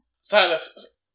Silas